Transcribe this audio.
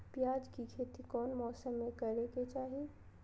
प्याज के खेती कौन मौसम में करे के चाही?